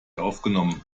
aufgenommen